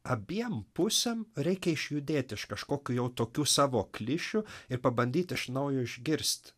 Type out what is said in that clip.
abiem pusėm reikia išjudėt iš kažkokių jau tokių savo klišių ir pabandyt iš naujo išgirst